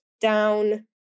down